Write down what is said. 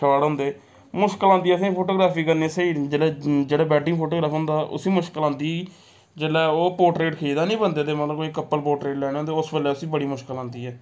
short होंदे मुश्कल आंदी असेंगी फोटोग्राफी करने स्हेई जेल्लै जेह्ड़ा वैडिंग फोटोग्राफी होंदा हा उसी मुश्कल आंदी ही जेल्लै ओह् पोर्ट्रेट खिचदा नी बंदे ते मतलब कोई कपल पोर्ट्रेट लैने होंदे उस बेल्लै उसी बड़ी मुश्कल आंदी ऐ